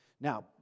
Now